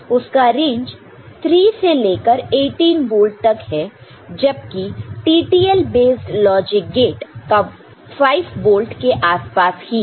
उसका रेंज 3 से लेकर 18 वोल्ट तक है जबकि TTL बेस्ड लॉजिक गेट का 5 वोल्ट के आसपास है